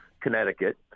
Connecticut